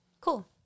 Cool